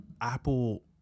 Apple